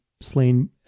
slain